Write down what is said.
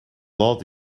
law